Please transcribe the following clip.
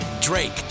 Drake